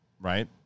right